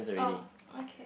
oh okay